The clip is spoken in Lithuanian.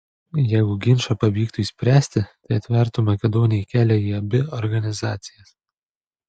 jeigu ginčą pavyktų išspręsti tai atvertų makedonijai kelią į abi organizacijas